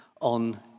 on